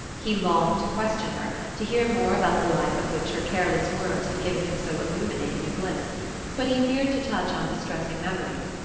he longed to question her, to hear more about the life of which her careless words had given him so illuminating a glimpse but he feared to touch on distressing memories,